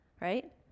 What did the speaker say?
right